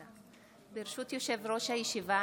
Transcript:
ברשות יושב-ראש הישיבה,